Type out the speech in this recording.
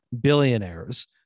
billionaires